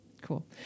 Cool